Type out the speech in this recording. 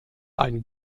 ein